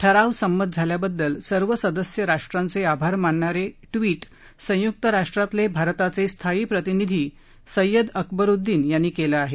ठराव संमत झाल्याबद्दल सर्व सदस्य राष्ट्रांचे आभार मानणारं ट्वीट संय्क्त राष्ट्रातले भारताचे स्थायी प्रतिनिधी सय्यद अकबरुद्दीन यांनी केलं आहे